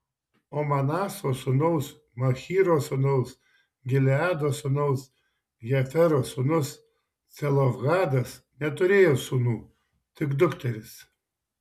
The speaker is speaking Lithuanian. o manaso sūnaus machyro sūnaus gileado sūnaus hefero sūnus celofhadas neturėjo sūnų tik dukteris